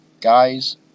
Guys